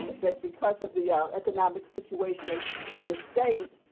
but because of the ah economic situation in the state,